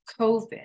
COVID